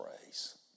praise